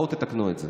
בואו תתקנו את זה,